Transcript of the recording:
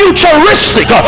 Futuristic